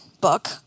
book